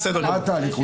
מה התהליך?